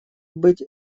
быть